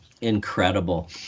Incredible